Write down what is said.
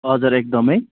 हजुर एकदम